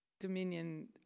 Dominion